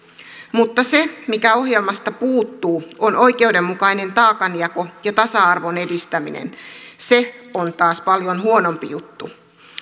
mutta se mikä ohjelmasta puuttuu on oikeudenmukainen taakanjako ja tasa arvon edistäminen se on taas paljon huonompi juttu